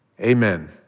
amen